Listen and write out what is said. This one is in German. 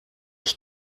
ich